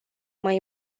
mai